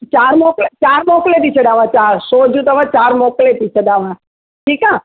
चारि मोकिला चारि मोकिले थी छॾियाव सौ जूं अथव चारि मोकिले थी छॾियाव ठीकु आहे